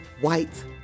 white